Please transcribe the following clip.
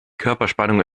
körperspannung